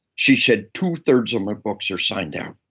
she said, two thirds of my books are signed out.